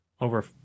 over